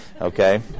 Okay